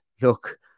look